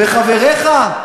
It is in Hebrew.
וחבריך?